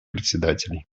председателей